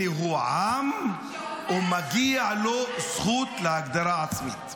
הוא עם ומגיעה לו זכות להגדרה עצמית.